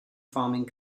farming